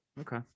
Okay